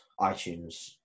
iTunes